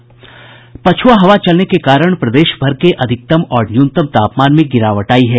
पछुआ हवा चलने के कारण प्रदेश भर के अधिकतम और न्यूनतम तापमान में गिरावट आयी है